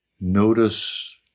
Notice